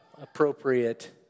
appropriate